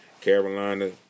Carolina